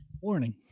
Warning